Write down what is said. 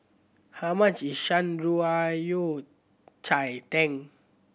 how much is Shan Rui Yao Cai Tang